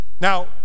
Now